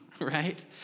right